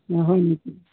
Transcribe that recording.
হয় নেকি